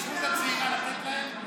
ההתיישבות הצעירה, למה ליהודים לא?